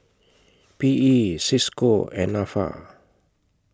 P E CISCO and Nafa